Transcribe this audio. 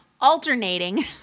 alternating